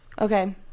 okay